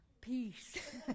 peace